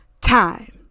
time